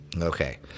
Okay